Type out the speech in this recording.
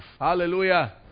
Hallelujah